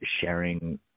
sharing